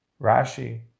Rashi